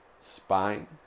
spine